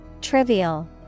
Trivial